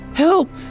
Help